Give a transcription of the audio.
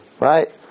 right